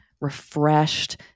refreshed